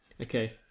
Okay